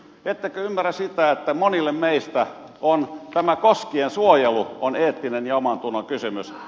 ettekö ymmärrä sitä että monille meistä tämä koskiensuojelu on eettinen ja omantunnon kysymys